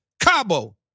Cabo